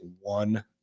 one